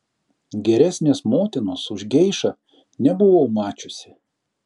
geresnės motinos už geišą nebuvau mačiusi